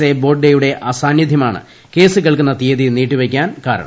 A Bobde യുടെ അസാന്നിദ്ധ്യമാണ് case ക്ക്ൾക്കുന്ന തീയതി നീട്ടിവയ്ക്കാൻ കാരണം